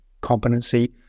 competency